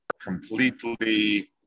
completely